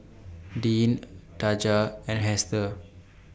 Dean Taja and Hester